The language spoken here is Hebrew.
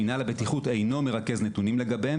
מינהל הבטיחות אינו מרכז נתונים לגביהם